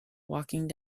walking